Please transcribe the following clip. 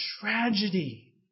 tragedy